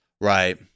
Right